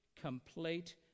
complete